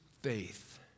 Faith